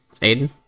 Aiden